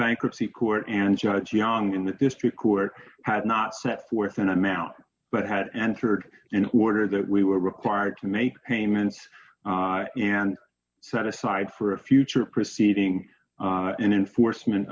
bankruptcy court and judge jiang in the district court had not set forth an amount but had answered in order that we were required to make payments and set aside for a future proceeding in enforcement